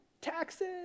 taxes